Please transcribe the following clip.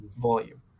volume